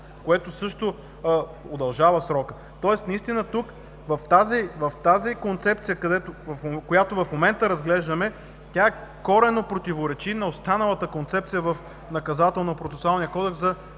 което също удължава срока. Тоест наистина тук в тази концепция, която в момента разглеждаме, тя коренно противоречи на останалата концепция в Наказателно-процесуалния кодекс за